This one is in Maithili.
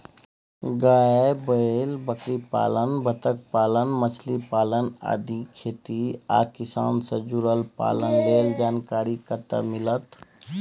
गाय, बैल, बकरीपालन, बत्तखपालन, मछलीपालन आदि खेती आ किसान से जुरल पालन लेल जानकारी कत्ते मिलत?